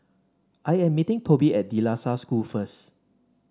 I am meeting Tobin at De La Salle School first